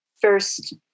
first